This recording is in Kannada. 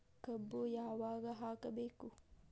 ಕಬ್ಬು ಯಾವಾಗ ಹಾಕಬೇಕು?